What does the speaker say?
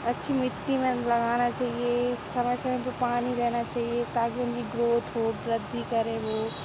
अच्छी मिट्टी में लगाना चाहिए समय समय पर पानी देना चाहिए ताकि उनकी ग्रोथ हो वृद्धि करें वे